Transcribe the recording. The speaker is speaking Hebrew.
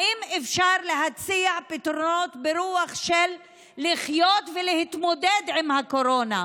האם אפשר להציע פתרונות ברוח של לחיות ולהתמודד עם הקורונה?